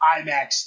IMAX